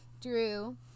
drew